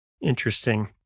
Interesting